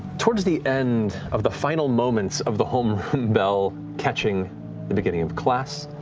towards the end of the final moments of the homeroom bell, catching the beginning of class,